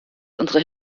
unsere